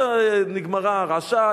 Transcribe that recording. נגמרה ההרעשה,